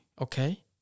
okay